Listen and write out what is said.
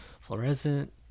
fluorescent